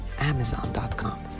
Amazon.com